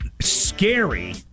Scary